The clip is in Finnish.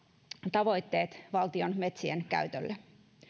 tavoitteet valtion metsien käytölle